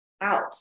out